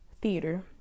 theater